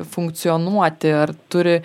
funkcionuoti ar turi